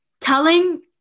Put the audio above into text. Telling